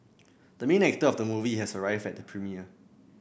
the main actor of the movie has arrived at the premiere